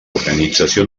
organització